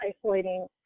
isolating